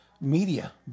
media